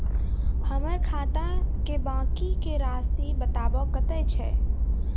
हमर खाता के बाँकी के रासि बताबो कतेय छै?